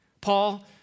Paul